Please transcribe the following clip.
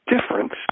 difference